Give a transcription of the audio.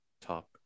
top